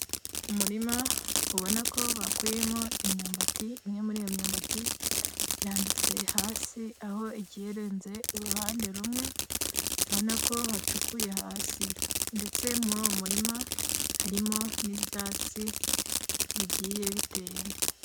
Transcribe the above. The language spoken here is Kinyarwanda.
Umurima ubona ko bakuyemo imyumbati, imwe muri iyo myumbati irambitse hasi, aho igiye irenze uruhande rumwe ubona ko hacukuye hasi. Ndetse muri uwo murima harimo n'ibyatsi bigiye biteyemo.